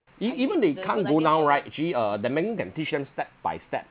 e~ even they cant go now right actually uh then maybe can teach them step by step